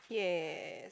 ya